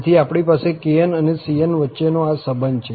તેથી આપણી પાસે kn અને cn વચ્ચેનો આ સંબંધ છે